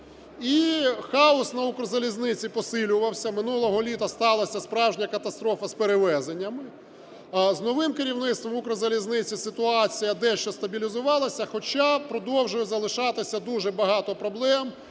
І хаос на "Укрзалізниці" посилювався. Минулого літа сталася справжня катастрофа з перевезеннями. З новим керівництвом "Укрзалізниці" ситуація дещо стабілізувалася, хоча продовжує залишатися дуже багато проблем,